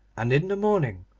and in the morning,